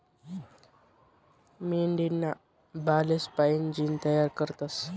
मेंढीना बालेस्पाईन जीन तयार करतस